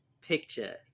picture